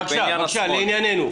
בבקשה, לענייננו.